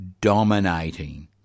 dominating